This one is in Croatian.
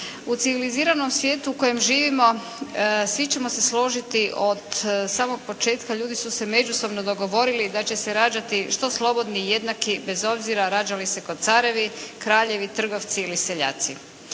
U civiliziranom svijetu u kojem živimo svi ćemo se složiti od samog početka ljudi su se međusobno dogovorili da će se rađati što slobodni i jednaki bez obzira rađali se kao carevi, kraljevi, trgovci ili seljaci.